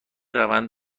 روند